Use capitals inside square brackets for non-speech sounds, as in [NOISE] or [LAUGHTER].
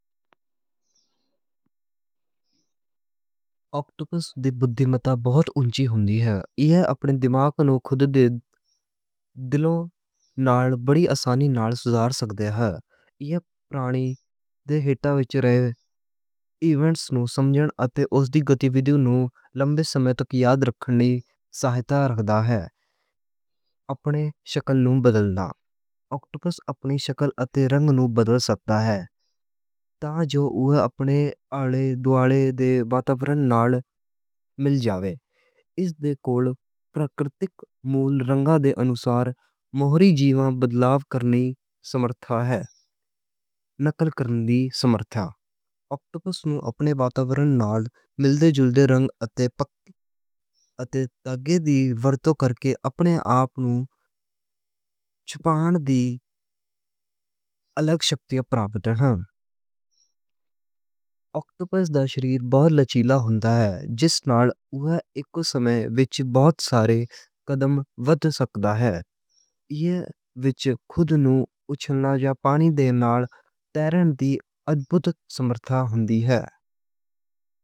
اوکٹوپس دی بدھی بہت اُچی ہُندی ہے۔ یہ اپنے دماغ نوں خود اعضاء نال بڑی آسانی نال سدھار سکدی ہے۔ یہ پرانے تے حالات وچ رہن دے واقعات نوں سمجھے اتے اس دیاں سرگرمیاں نوں لمبے سمیں تک یاد رکھن لئی ساہائتا کردا ہے۔ اپنی شکل نوں بدل کے اوکٹوپس اپنی سکن اتے اپنے رنگ نوں بدل سکدا ہے۔ تا جے وہ اپنے علاقے دے ماحول نال میل جاوے۔ اس دے کول قدرتی مُون رنگاں دے مطابق موراں جیہڑیاں وچ بدلاؤ کر لئی سمرتھا ہے۔ میری کُجھ سمرتھا اوکٹوپس نوں اپنے ماحول نال ملتی جلتی رنگ اتے [HESITATION] ٹیگ دی ورتوں کرکے اپنے آپ نوں چھپن دی الگ شکتیاں پراپت ہیں۔ [HESITATION] اوکٹوپس دا جسم بہت لچکدار ہوندا ہے۔ جس نال وہ ایک وقت وچ بہت سارے قدم رکھ سکدا ہے۔ یہ وچ خود نوں اچھے پانی دے نال تیرن دی عجیب سمرتھا ہُندی ہے۔